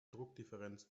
druckdifferenz